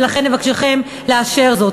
ולכן אבקשכם לאשר זאת.